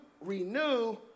renew